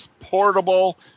portable